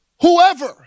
Whoever